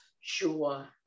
Sure